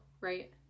right